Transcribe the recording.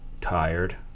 tired